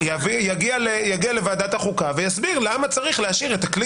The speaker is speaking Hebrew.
יגיע לוועדת החוקה ויסביר למה צריך להשאיר את כלי